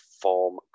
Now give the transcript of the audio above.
form